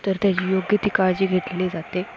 तर त्याची योग्य ती काळजी घेतली जाते